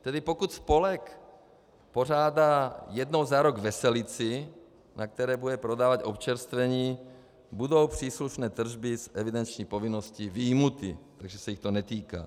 Tedy pokud spolek pořádá jednou za rok veselici, na které bude prodávat občerstvení, budou příslušné tržby z evidenční povinnosti vyjmuty, takže se jich to netýká.